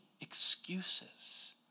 excuses